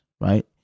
right